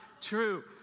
true